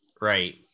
right